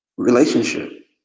Relationship